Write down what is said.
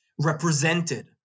represented